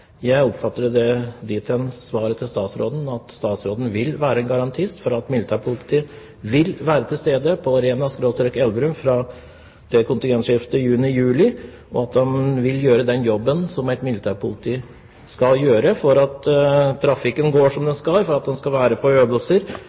svaret til statsråden dit hen at statsråden vil være en garantist for at militærpolitiet vil være til stede på Rena/Elverum fra kontingentskiftet juni/juli, og at de vil gjøre den jobben som et militærpoliti skal gjøre for at trafikken skal gå som den skal, og at de skal være til stede på